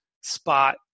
spot